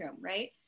right